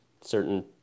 certain